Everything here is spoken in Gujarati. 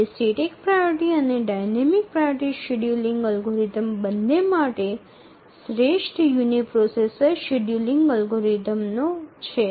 તે સ્ટેટિક પ્રાયોરિટી અને ડાઇનેમિક પ્રાયોરિટી શેડ્યૂલિંગ એલ્ગોરિધમ બંને માટે શ્રેષ્ઠ યુનિપ્રોસેસર શેડ્યુલિંગ અલ્ગોરિધમનો છે